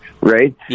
right